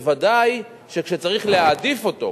ודאי שכאשר צריך להעדיף אותו,